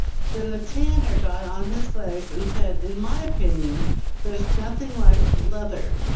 then a tanner got on his legs and said, in my opinion there's nothing like leather.